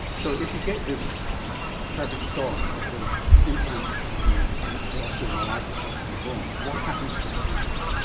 so if you get this perfect storm of the implant and the the osteomyelitis left in the bone, what happens to the patient?